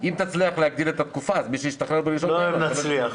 אם תצליח להגדיל את התקופה אז מי שישתחרר ב --- לא "אם נצליח".